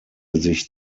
sich